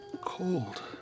cold